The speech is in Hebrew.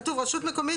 כתוב 'רשות מקומית,